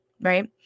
right